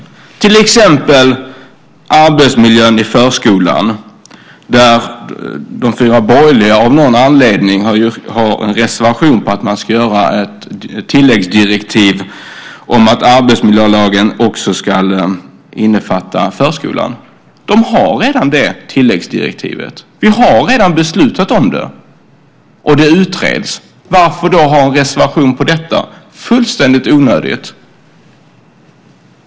Det gäller till exempel arbetsmiljön i förskolan, där de fyra borgerliga av någon anledning har en reservation om att man ska göra ett tilläggsdirektiv om att arbetsmiljölagen också ska innefatta förskolan. De har redan det tilläggsdirektivet. Vi har redan beslutat om det, och det utreds. Varför då ha en reservation om detta? Det är fullständigt onödigt.